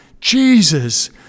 Jesus